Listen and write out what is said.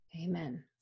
Amen